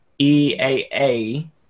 EAA